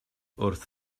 wrth